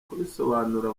kubisobanura